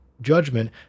judgment